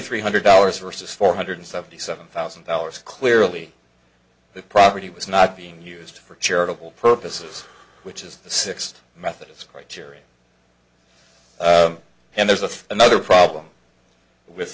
three hundred dollars versus four hundred seventy seven thousand dollars clearly the property was not being used for charitable purposes which is the sixth method as criteria and there's a another problem with